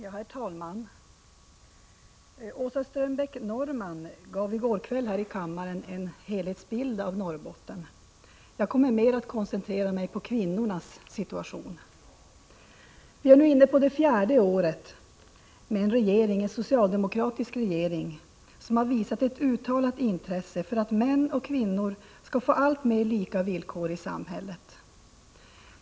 Herr talman! Åsa Strömbäck-Norrman gav i går kväll en helhetsbild av Norrbotten. Jag kommer mer att koncentrera mig på kvinnornas situation. Vi är nu inne på det fjärde året med en regering, en socialdemokratisk regering, som har visat ett uttalat intresse för att män och kvinnor skall få allt mer lika villkor i samhället.